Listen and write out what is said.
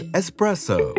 espresso